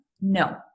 No